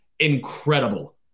Incredible